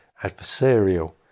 adversarial